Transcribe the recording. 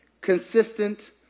consistent